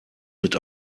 mit